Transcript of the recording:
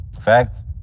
Facts